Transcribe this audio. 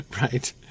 right